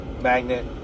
magnet